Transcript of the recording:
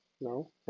no